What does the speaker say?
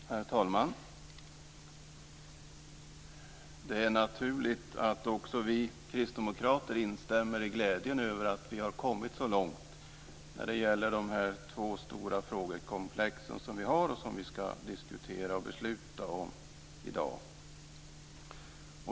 Herr talman! Det är naturligt att också vi kristdemokrater instämmer i glädjen över att vi har kommit så långt när det gäller de två stora frågekomplex som vi skall diskutera och besluta om i dag.